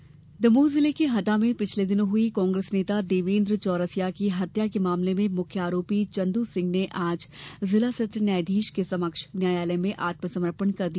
आरोपी आत्मसमर्पण दमोह जिले के हटा में पिछले दिनों हुई कांग्रेस नेता देवेन्द्र चौरसिया की हत्या के मामले में मुख्य आरोपी चन्द्र सिंह ने आज जिला सत्र न्यायधीश के समक्ष न्यायालय में आत्म समर्पण कर दिया